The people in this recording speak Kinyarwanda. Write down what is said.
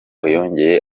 yongeye